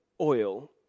oil